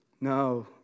No